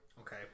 okay